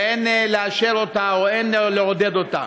ואין לאשר אותה או לעודד אותה,